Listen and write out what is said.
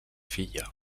filla